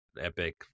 epic